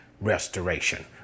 restoration